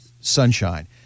sunshine